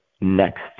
next